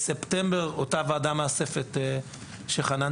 בספטמבר אותה ועדה מאספת מתכנסת,